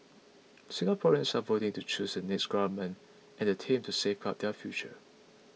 Singaporeans are voting to choose the next government and the team to safeguard their future